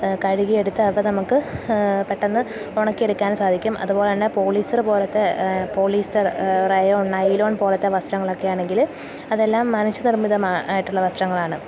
കഴുകിയെടുത്താല് നമുക്കു പെട്ടെന്ന് ഉണക്കിയെടുക്കാൻ സാധിക്കും അതുപോലെതന്നെ പോളിസ്റ്റർ പോലത്തെ പോളിസ്റ്റർ റയോണ് നൈലോൺ പോലത്തെ വസ്ത്രങ്ങളൊക്കെ ആണെങ്കില് അതെല്ലാം മനുഷ്യ നിർമ്മിതമായിട്ടുള്ള വസ്ത്രങ്ങളാണ്